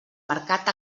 mercat